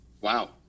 Wow